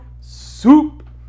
Soup